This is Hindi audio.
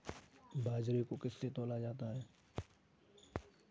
बाजरे को किससे तौला जाता है बताएँ?